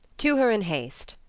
to her in haste,